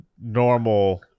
normal